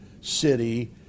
city